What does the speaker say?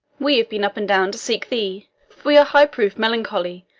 we have been up and down to seek thee for we are high-proof melancholy,